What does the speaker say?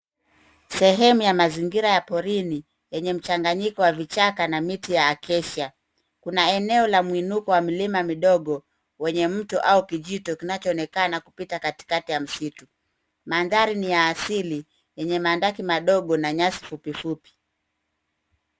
Sehemu ya mazingira ya porini yenye mchanganyiko wa vichaka na miti ya acacia . Kuna eneo la mwinuko wa milima midogo kwenye mto au kijito kinachoonekana kupita katikati ya msitu. Mandhari ni ya asili yenye mandaki madogo na nyasi fupi fupi.